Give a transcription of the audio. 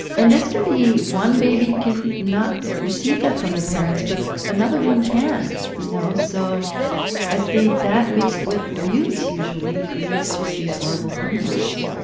and this can be one baby can not receive that from their parents but another one can, you know, so i think that mixed with abuse usually creates just these horrible criminals.